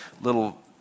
little